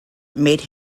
made